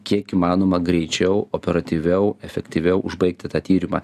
kiek įmanoma greičiau operatyviau efektyviau užbaigti tą tyrimą